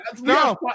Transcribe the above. no